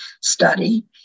study